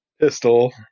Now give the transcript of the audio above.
pistol